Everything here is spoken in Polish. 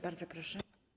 Bardzo proszę.